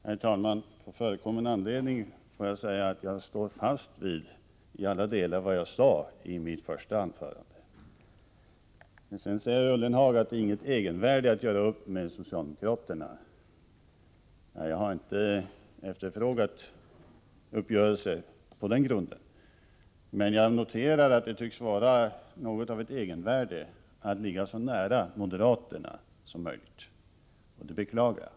Herr talman! På förekommen anledning får jag säga att jag till alla delar står fast vid vad jag sade i mitt första anförande. Jörgen Ullenhag säger att det inte har något egenvärde att göra upp med socialdemokraterna. Jag har inte efterfrågat en uppgörelse på den grunden, men jag noterar att det tycks finnas något av ett egenvärde i att ligga så nära moderaterna som möjligt. Detta beklagar jag.